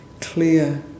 clear